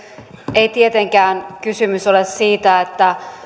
ei tietenkään kysymys ole siitä että